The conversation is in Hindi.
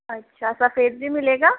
अच्छा सफेद भी मिलेगा